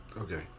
Okay